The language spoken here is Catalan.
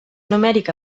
numèrica